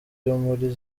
muri